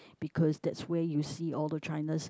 because that's where you see all the China's